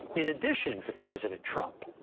in addition to president trump.